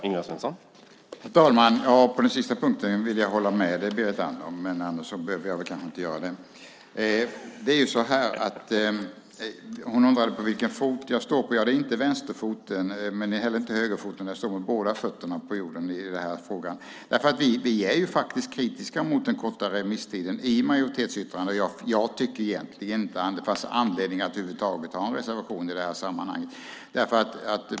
Herr talman! På den sista punkten vill jag hålla med dig, Berit Andnor, men annars behöver jag kanske inte göra det. Hon undrade vilken fot jag står på. Ja, det är inte vänsterfoten, men det är heller inte högerfoten. Jag står med båda fötterna på jorden i den här frågan. Vi är faktiskt kritiska mot den korta remisstiden i majoritetsyttrandet. Och jag tycker egentligen inte att det fanns någon anledning över huvud taget att ha en reservation i det här sammanhanget.